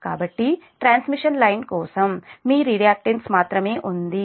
కాబట్టి transmission line కోసం మీ రియాక్ట్ న్స్ మాత్రమే ఉంది